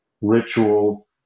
ritual